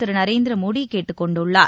திரு நரேந்திர மோடி கேட்டுக் கொண்டுள்ளார்